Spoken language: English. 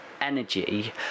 energy